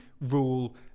rule